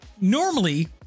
normally